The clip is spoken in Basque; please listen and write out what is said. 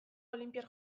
olinpiar